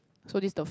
so this the f~